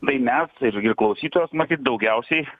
tai mes ir ir klausytojas matyt daugiausiai